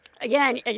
again